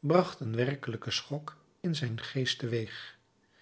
bracht een werkelijken schok in zijn geest teweeg